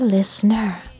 Listener